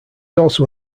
also